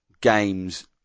games